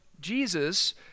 Jesus